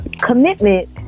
commitment